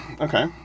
Okay